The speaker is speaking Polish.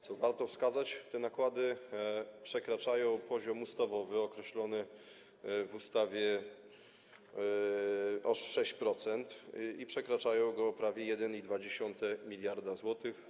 Co warto wskazać, te nakłady przekraczają poziom ustawowy określony w ustawie o 6% i przekraczają go o prawie 1,2 mld zł.